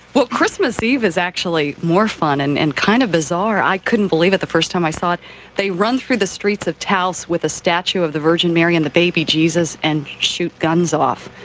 well, christmas eve is actually more fun and and kind of bizarre. i couldn't believe it the first time i saw they run through the streets of taos with a statue of the virgin mary and the baby jesus and shoot guns off.